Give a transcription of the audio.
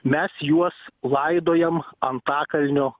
mes juos laidojam antakalnio